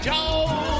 Joe